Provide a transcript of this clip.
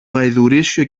γαϊδουρίσιο